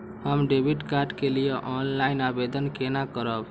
हम debit card के लिए ऑनलाइन आवेदन केना करब?